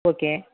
okay